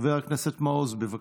חבר הכנסת מעוז, בבקשה.